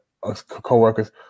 coworkers